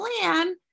plan